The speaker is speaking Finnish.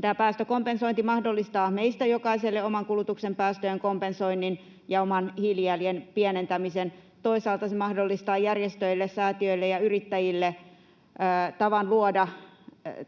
pian. Päästökompensointi mahdollistaa meistä jokaiselle oman kulutuksen päästöjen kompensoinnin ja oman hiilijäljen pienentämisen. Toisaalta se mahdollistaa järjestöille, säätiöille ja yrittäjille tavan luoda